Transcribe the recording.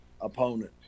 opponent